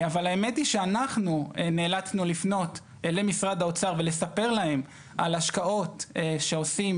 אבל האמת היא שאנחנו נאלצנו לפנות למשרד האוצר ולספר להם על השקעות שעושים